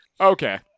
Okay